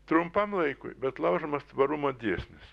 trumpam laikui bet laužomas tvarumo dėsnis